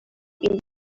این